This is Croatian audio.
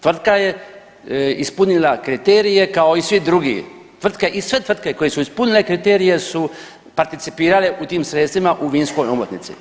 Tvrtka je ispunila kriterije kao i svi drugi i sve tvrtke koje su ispunile kriterije su participirale u tim sredstvima u vinskoj omotnici.